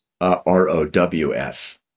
R-O-W-S